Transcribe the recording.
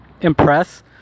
impress